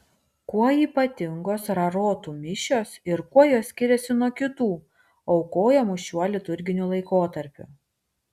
kuo ypatingos rarotų mišios ir kuo jos skiriasi nuo kitų aukojamų šiuo liturginiu laikotarpiu